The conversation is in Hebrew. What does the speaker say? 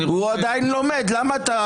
הוא עדיין לומד, למה אתה?